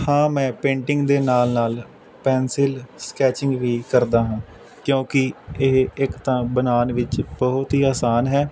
ਹਾਂ ਮੈਂ ਪੇਂਟਿੰਗ ਦੇ ਨਾਲ ਨਾਲ ਪੈਨਸਿਲ ਸਕੈਚਿੰਗ ਵੀ ਕਰਦਾ ਹਾਂ ਕਿਉਂਕਿ ਇਹ ਇੱਕ ਤਾਂ ਬਣਾਉਣ ਵਿੱਚ ਬਹੁਤ ਹੀ ਆਸਾਨ ਹੈ